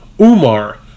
Umar